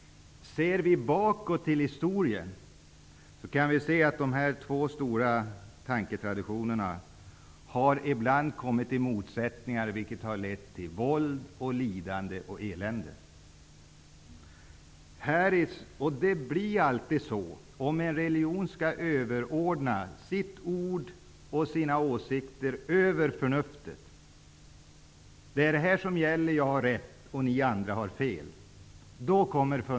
Ser vi bakåt i historien, kan vi se att de här två stora tanketraditionerna ibland har kommit att stå i motsats till varandra. Detta har lett till våld, lidande och elände. Om en religions ord och åsikter skall överordnas förnuftet kommer fundamentalismen. Det är alltså när man säger: Detta är rätt. Andra har fel.